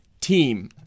team